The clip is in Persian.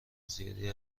زیادی